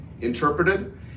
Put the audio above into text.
interpreted